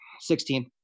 Sixteen